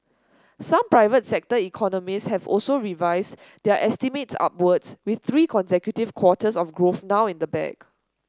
some private sector economists have also revised their estimates upwards with three consecutive quarters of growth now in the bag